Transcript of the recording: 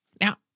Now